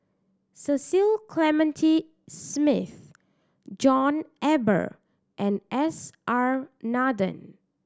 Cecil Clementi Smith John Eber and S R Nathan